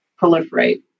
proliferate